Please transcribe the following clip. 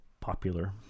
popular